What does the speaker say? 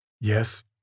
Yes